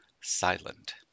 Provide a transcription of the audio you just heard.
silent